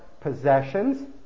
possessions